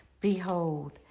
Behold